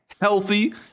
healthy